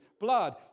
blood